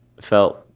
felt